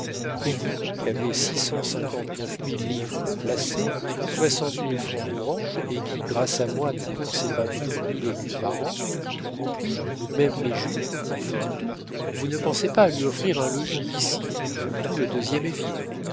et vous qu'avez six cent cinquante-neuf mille livres de placées soixante mille francs de rente et qui grâce à moi ne dépensez pas plus de mille écus par an tout compris même mes jupes enfin tout vous ne pensez pas à lui offrir un logis ici où tout le deuxième est vide